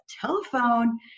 telephone